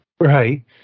Right